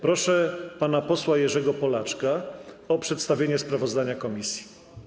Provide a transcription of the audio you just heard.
Proszę pana posła Jerzego Polaczka o przedstawienie sprawozdania komisji.